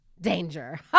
Danger